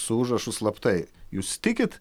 su užrašu slaptai jūs tikit